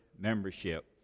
membership